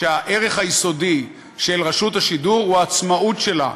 שהערך היסודי של רשות השידור הוא העצמאות שלה,